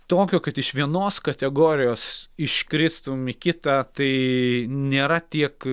tokio kad iš vienos kategorijos iškristum į kitą tai nėra tiek